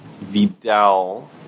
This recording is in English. Vidal